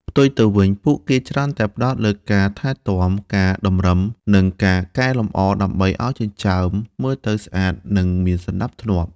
ផ្ទុយទៅវិញ ពួកគេច្រើនតែផ្តោតលើការថែទាំ ការតម្រឹម និងការកែលម្អដើម្បីឲ្យរោមចិញ្ចើមមើលទៅស្អាត និងមានសណ្តាប់ធ្នាប់។